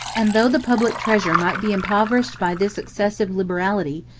and though the public treasure might be impoverished by this excessive liberality,